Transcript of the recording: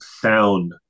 sound